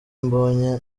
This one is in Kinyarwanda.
mbonye